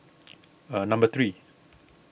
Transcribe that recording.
number three